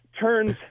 turns